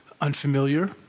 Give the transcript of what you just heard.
unfamiliar